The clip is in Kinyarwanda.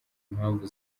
impamvu